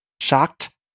shocked